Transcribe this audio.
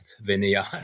vineyard